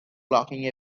locking